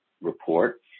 report